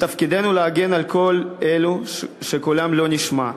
מתפקידנו להגן על כל אלו שקולם לא נשמע.